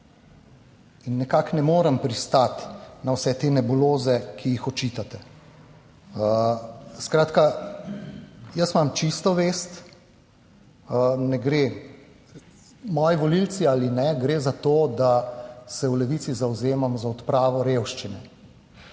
in nekako ne morem pristati na vse te nebuloze, ki jih očitate. Skratka, jaz imam čisto vest, ne gre moji volivci ali ne gre za to, da se v Levici zavzemam za odpravo revščine.